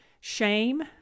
Shame